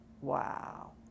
wow